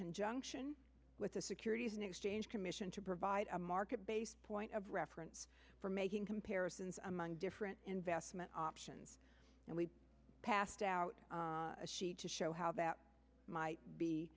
conjunction with the securities and exchange commission to provide a market based point of reference for making comparisons among different investment options and we passed out a sheet to show how that might be